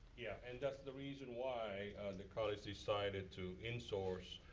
yeah, and that's the reason why the college decided to in-source